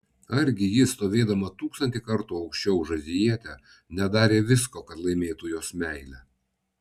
argi ji stovėdama tūkstantį kartų aukščiau už azijietę nedarė visko kad laimėtų jos meilę